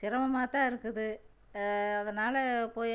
சிரமமாகத்தான் இருக்குது அதனால் போய்